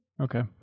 Okay